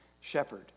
shepherd